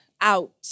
out